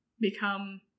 become